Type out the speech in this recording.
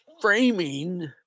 framing